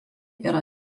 yra